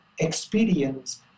Experience